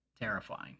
terrifying